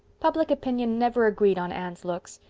public opinion never agreed on anne's looks.